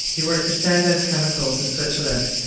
he worked for sandoz chemicals in switzerland.